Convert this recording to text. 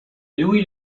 lui